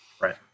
Right